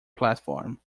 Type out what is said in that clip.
platform